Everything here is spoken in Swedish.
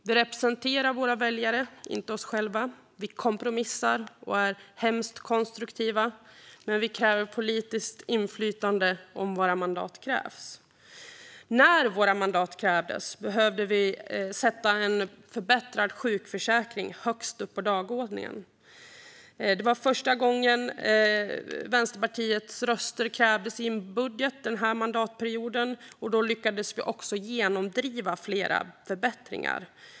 Vi representerar våra väljare, inte oss själva. Vi kompromissar och är hemskt konstruktiva, men vi kräver politiskt inflytande om våra mandat krävs. När våra mandat krävdes behövde vi sätta en förbättrad sjukförsäkring högst upp på dagordningen. Det var första gången Vänsterpartiets röster krävdes i en budget den här mandatperioden, och då lyckades vi också genomdriva flera förbättringar.